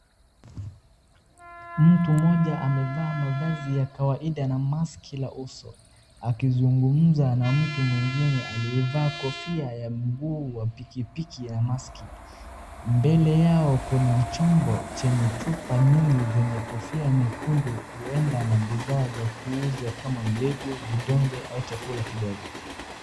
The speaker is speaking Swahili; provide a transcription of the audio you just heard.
Mtu mmoja amevaa mavazi ya kawaida na mask ya uso, akizungumza na mtu mwingine aliyevaa kofia ya mguu wa pikipiki ya mask . Mbele yao kuna chombo chenye chupa nyingi zenye kofia nyekundu, huenda ni bidhaa za kuuza kama mbegu, vidonge au chakula kidogo.